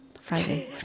Friday